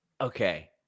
Okay